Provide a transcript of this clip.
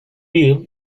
yıl